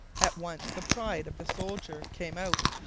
at once the pride of the soldier came out.